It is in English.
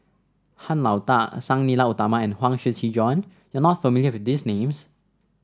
Han Lao Da Sang Nila Utama and Huang Shiqi Joan you are not familiar with these names